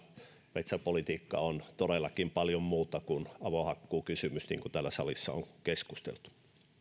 metsäpolitiikka on todellakin paljon muuta kuin avohakkuukysymys niin kuin täällä salissa on keskusteltu